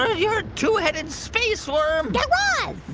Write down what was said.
ah you're a two-headed space worm guy raz.